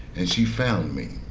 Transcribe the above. and she found me.